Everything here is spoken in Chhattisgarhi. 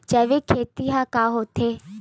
जैविक खेती ह का होथे?